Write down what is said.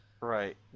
Right